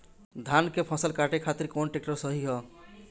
धान के फसल काटे खातिर कौन ट्रैक्टर सही ह?